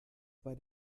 bei